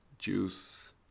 juice